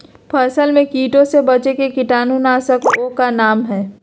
फसल में कीटों से बचे के कीटाणु नाशक ओं का नाम?